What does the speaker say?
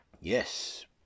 yes